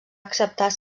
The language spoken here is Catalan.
acceptar